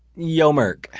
yo merk,